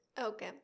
Okay